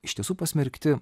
iš tiesų pasmerkti